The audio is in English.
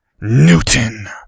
Newton